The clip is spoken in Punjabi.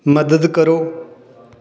ਮਦਦ ਕਰੋ